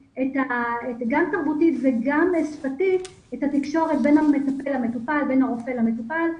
תרבותית וגם שפתית, את התקשורת בין הרופא למטופל.